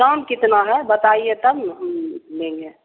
दाम कितना है बताइए तब लेंगे